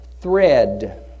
thread